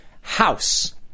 house